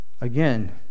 Again